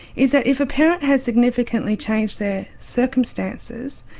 is that if a parent has significantly changed their circumstances,